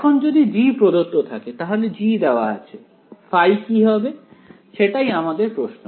এখন যদি g প্রদত্ত থাকে তাহলে g দেওয়া আছে ϕ কি হবে সেটাই আমাদের প্রশ্ন